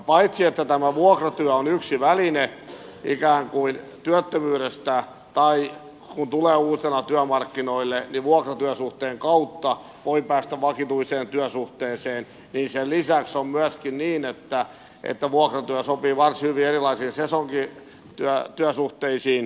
paitsi että tämä vuokratyö on yksi väline ikään kuin työttömyydestä pois tai siihen että kun tulee uutena työmarkkinoille niin vuokratyösuhteen kautta voi päästä vakituiseen työsuhteeseen niin sen lisäksi on myöskin niin että vuokratyö sopii varsin hyvin erilaisiin sesonkityösuhteisiin